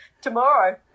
tomorrow